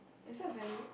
is that a value